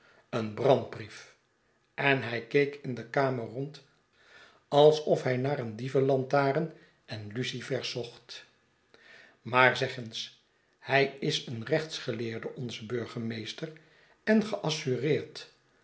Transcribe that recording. een brandbrief en hij keek in de kamer rond alsof hij naar een dievenlantaren en lucifers zocht maar zeg eens i hij is een rechtsgeleerde onze burgemeester en geassureerd